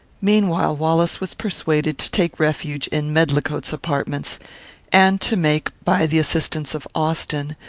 meanwhile, wallace was persuaded to take refuge in medlicote's apartments and to make, by the assistance of austin,